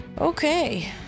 Okay